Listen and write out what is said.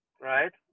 right